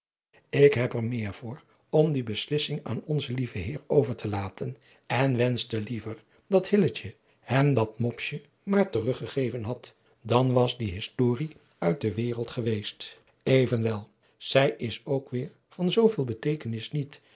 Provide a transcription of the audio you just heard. ik ben er meer voor om die beslissing aan onzen lieven heer over te laten en wenschte liever dat hilletje hem dat mopsje maar teruggegeven had dan was die historie uit de wereld geweest evenwel zij is ook weêr van zooveel beteekenis niet